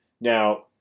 Now